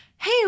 Hey